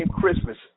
Christmas